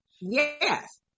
yes